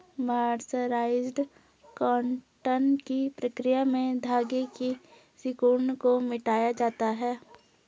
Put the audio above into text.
mercerised cotton की प्रक्रिया में धागे की सिकुड़न को मिटाया जाता है